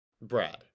Brad